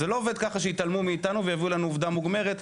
זה לא עובד ככה שיתעלמו מאיתנו ויביאו לנו עובדה מוגמרת,